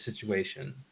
situation